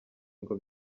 ngo